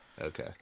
Okay